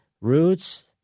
roots